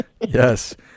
yes